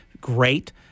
great